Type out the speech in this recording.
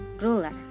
ruler